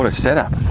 um set up.